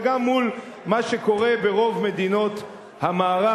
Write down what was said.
וגם מול מה שקורה ברוב מדינות המערב,